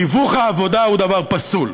תיווך העבודה הוא דבר פסול.